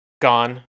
gone